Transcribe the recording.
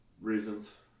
reasons